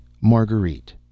Marguerite